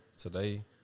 today